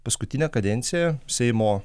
paskutinę kadenciją seimo